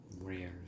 rare